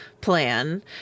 plan